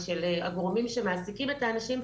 ושל הגורמים שמעסיקים את האנשים,